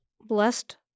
Blessed